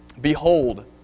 Behold